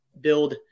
build